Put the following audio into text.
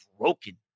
broken